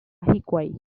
hikuái